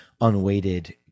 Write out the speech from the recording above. unweighted